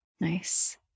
nice